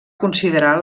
considerar